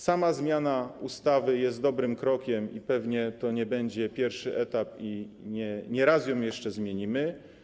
Sama zmiana ustawy jest dobrym krokiem i pewnie to nie będzie pierwszy etap, nie raz ją jeszcze zmienimy.